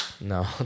No